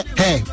hey